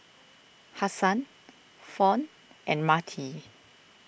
Hassan Fawn and Marty